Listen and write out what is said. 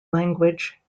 language